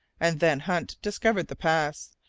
and then hunt discovered the pass,